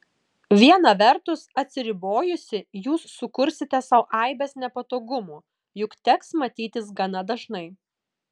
viena vertus atsiribojusi jūs sukursite sau aibes nepatogumų juk teks matytis gana dažnai